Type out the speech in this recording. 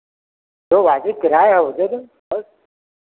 जो वाज़िव किराया है वो दे दो बस